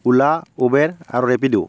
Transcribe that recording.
উলা Uber আৰু rapid'